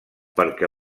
perquè